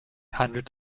handelt